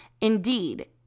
Indeed